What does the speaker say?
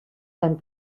and